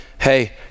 hey